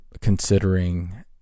considering